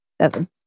seven